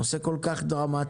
זה נושא כל כך דרמטי.